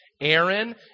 Aaron